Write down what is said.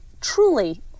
truly